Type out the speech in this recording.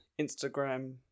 Instagram